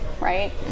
right